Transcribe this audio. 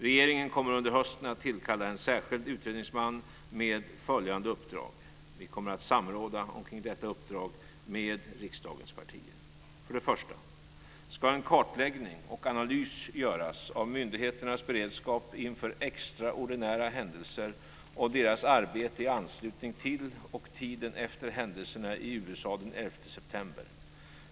Regeringen kommer under hösten att tillkalla en särskild utredningsman med följande uppdrag, som vi kommer att samråda med riksdagens partier omkring: För det första ska en kartläggning och analys göras av myndigheternas beredskap inför extraordinära händelser och deras arbete i anslutning till och tiden efter händelserna i USA den 11 september.